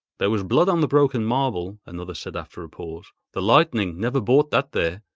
there was blood on the broken marble another said after a pause the lightning never brought that there.